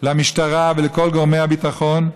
למשטרה ולכל גורמי הביטחון: